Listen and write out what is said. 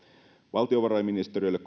valtiovarainministeriölle